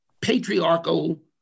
patriarchal